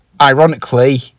Ironically